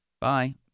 Bye